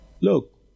Look